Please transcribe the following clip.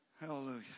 Hallelujah